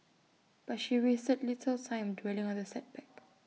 but she wasted little time dwelling on the setback